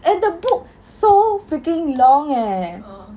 and the book so freaking long eh